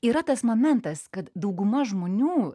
yra tas momentas kad dauguma žmonių